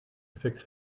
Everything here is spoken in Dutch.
effect